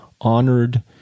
honored